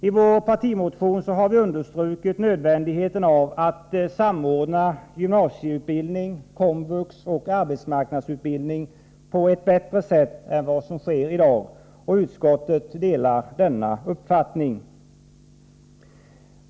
I vår partimotion har vi understrukit nödvändigheten av att gymnasieutbildning, Komvux och arbetsmarknadsutbildning samordnas på ett bättre sätt än vad som sker f. n. Utskottet delar denna uppfattning.